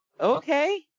Okay